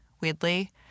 weirdly